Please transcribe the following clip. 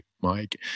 Mike